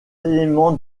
éléments